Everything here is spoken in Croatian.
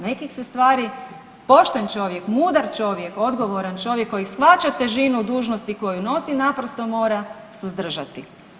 Nekih se stvari pošten čovjek, mudar čovjek, odgovoran čovjek koji shvaća težinu dužnosti koju nosi naprosto mora suzdržati.